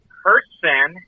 person